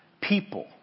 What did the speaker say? People